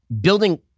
building